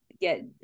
get